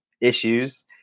issues